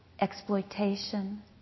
exploitation